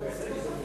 לבצע".